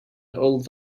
old